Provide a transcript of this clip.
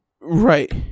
Right